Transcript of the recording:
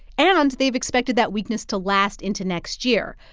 and and they've expected that weakness to last into next year.